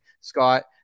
Scott